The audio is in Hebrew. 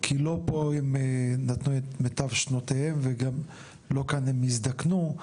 כי לא פה הם נתנו את מיטב שנותיהם וגם לא כאן הם יזדקנו,